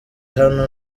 hano